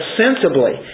sensibly